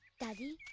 dadhi,